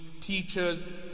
teachers